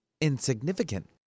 insignificant